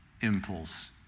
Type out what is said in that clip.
impulse